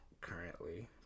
currently